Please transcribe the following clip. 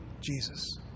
Jesus